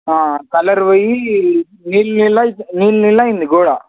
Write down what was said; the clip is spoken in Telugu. కలర్ పోయ నీళ్ళ నెల నీళ్ళ నీళ్ళయింది గోడ